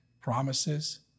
promises